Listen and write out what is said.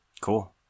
Cool